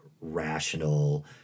rational